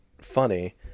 funny